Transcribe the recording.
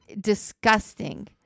Disgusting